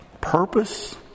purpose